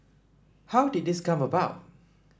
how did this come about